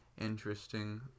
interesting